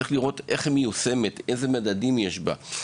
צריך לבדוק כיצד היא מיושמת ואיזה מדדים יש בה.